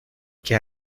qué